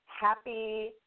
happy